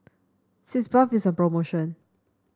Sitz Bath is on promotion